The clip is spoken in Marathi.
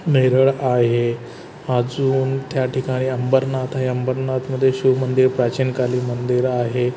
नेरळ आहे अजून त्या ठिकाणी अंबरनाथ आहे अंबरनाथमध्ये शिवमंदिर प्राचीन कालीमंदिर आहे